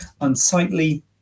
unsightly